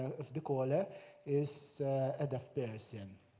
if the caller is a deaf person.